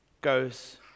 goes